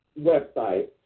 website